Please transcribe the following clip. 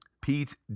pete